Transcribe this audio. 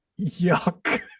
Yuck